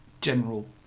general